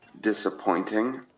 disappointing